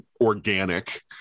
organic